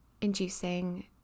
inducing